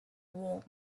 warm